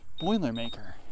Boilermaker